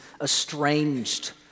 estranged